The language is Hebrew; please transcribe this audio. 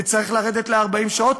צריך לרדת ל-40 שעות.